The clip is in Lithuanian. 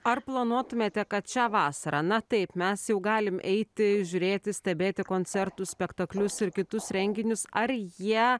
ar planuotumėte kad šią vasarą na taip mes jau galim eiti žiūrėti stebėti koncertus spektaklius ir kitus renginius ar jie